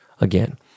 again